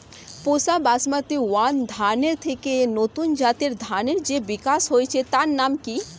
পুসা Basmati one ধানের থেকে নতুন জাতের ধানের যে বিকাশ হয়েছে তার নাম কি?